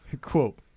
Quote